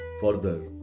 further